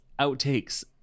outtakes